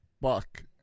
Buck